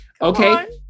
Okay